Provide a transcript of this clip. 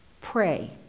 pray